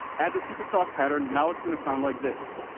add the secret sauce pattern, now it's going to sound like this.